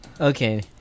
Okay